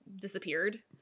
disappeared